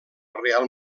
reial